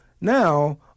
now